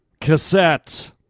Cassettes